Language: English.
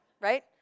right